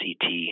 CT